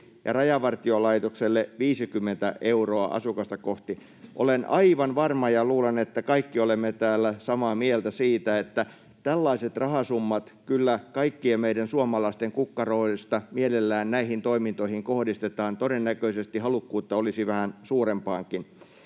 ja Rajavartiolaitokselle 50 euroa asukasta kohti. Olen aivan varma siitä — ja luulen, että kaikki olemme täällä samaa mieltä — että tällaiset rahasummat kyllä kaikkien meidän suomalaisten kukkaroista mielellään näihin toimintoihin kohdistetaan. Todennäköisesti halukkuutta olisi vähän suurempaankin.